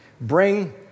Bring